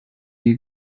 you